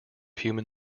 human